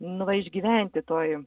nu va išgyventi toj